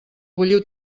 bulliu